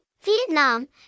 Vietnam